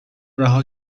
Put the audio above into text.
رها